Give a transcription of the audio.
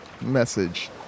Message